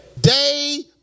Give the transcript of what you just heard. Day